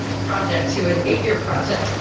project to an eight-year project.